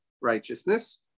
righteousness